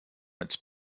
its